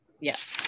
Yes